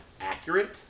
accurate